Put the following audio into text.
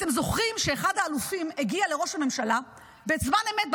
אתם זוכרים שאחד האלופים הגיע לראש הממשלה בזמן אמת,